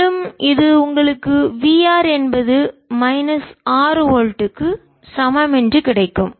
மேலும் இது உங்களுக்கு V r என்பது மைனஸ் 6 வோல்ட்டுகளுக்கு சமம் என்று கிடைக்கும்